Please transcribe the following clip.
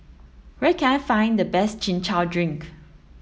where can I find the best chin chow drink